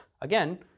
Again